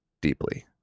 deeply